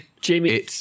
Jamie